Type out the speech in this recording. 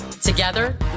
Together